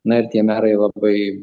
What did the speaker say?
na ir tie merai labai